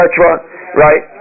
right